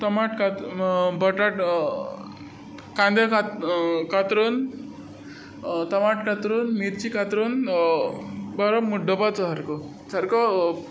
टमाट कातर बटाट कांदे कातर कातरून टमाट कातरून मिरची कातरून बरो मुड्डोपाचो सारको सारको